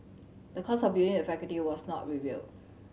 the cost of building the faculty was not revealed